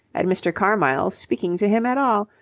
at mr. carmyle's speaking to him at all,